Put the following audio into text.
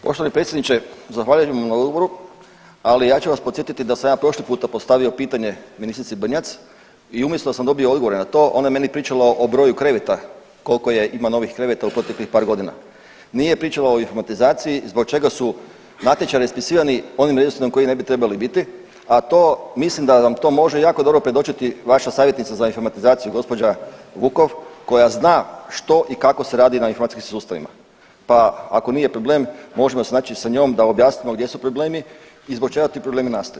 Poštovani predsjedniče, zahvaljujem vam na odgovoru, ali ja ću vas podsjetiti da sam ja prošli puta postavio pitanje ministrici Brnjac i umjesto da sam dobio odgovore na to ona meni pričala o broju kreveta kolko ima novih kreveta u proteklih par godina, nije pričala o informatizaciji zbog čega su natječaji raspisivani onim redoslijedom koji ne bi trebali biti, a to, mislim da vam to može jako dobro predočiti vaša savjetnica za informatizaciju gđa. Vukov koja zna što i kako se radi na informacijskim sustavima, pa ako nije problem možemo se naći sa njom da objasnimo gdje su problemi i zbog čega ti problemi nastaju.